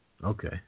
Okay